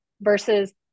versus